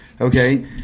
okay